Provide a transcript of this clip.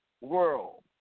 world